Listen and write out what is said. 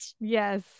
Yes